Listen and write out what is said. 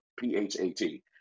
P-H-A-T